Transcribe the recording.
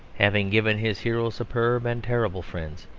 having given his hero superb and terrible friends,